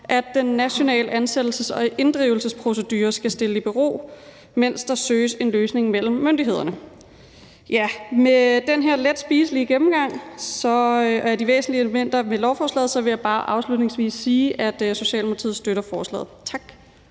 at den nationale ansættelses- og inddrivelsesprocedure skal stilles i bero, mens der søges en løsning mellem myndighederne. Med den her let spiselige gennemgang af de væsentligste elementer ved lovforslaget vil jeg bare afslutningsvis sige, at Socialdemokratiet støtter forslaget. Tak.